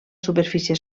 superfície